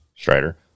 Strider